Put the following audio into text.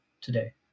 today